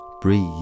breathe